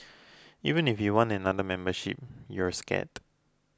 even if you want another membership you're scared